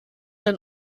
ein